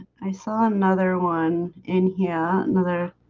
i saw another one in here another